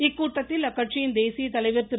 இக்கூட்டத்தில் அக்கட்சியின் தேசிய தலைவர் திரு